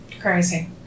crazy